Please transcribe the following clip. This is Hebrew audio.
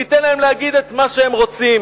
ניתן להם להגיד את מה שהם רוצים.